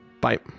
Bye